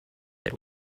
that